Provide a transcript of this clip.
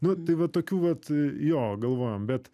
nu tai va tokių vat jo galvojom bet